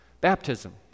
baptism